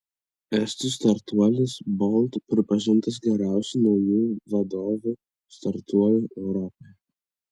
estų startuolis bolt pripažintas geriausiu jaunų vadovų startuoliu europoje